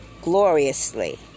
gloriously